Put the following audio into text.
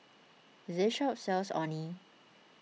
this shop sells Orh Nee